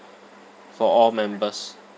for all members